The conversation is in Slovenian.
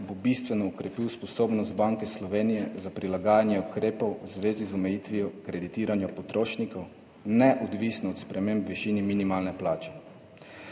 bo bistveno okrepil sposobnost Banke Slovenije za prilagajanje ukrepov v zvezi z omejitvijo kreditiranja potrošnikov, neodvisno od sprememb v višini minimalne plače.